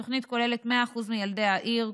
התוכנית כוללת 100% של ילדי העיר.